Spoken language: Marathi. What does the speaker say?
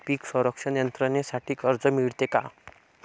पीक संरक्षण यंत्रणेसाठी कर्ज मिळते का?